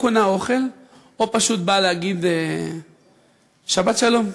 קונה אוכל או פשוט באה להגיד שבת שלום,